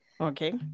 Okay